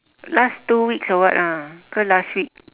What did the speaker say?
last two weeks or what ah ke last week